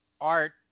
Art